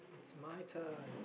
it's my turn